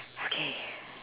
okay